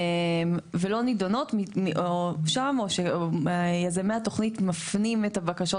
ולא נידונות שם או יזמי התוכנית מפנים את הבקשות